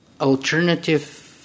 alternative